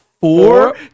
four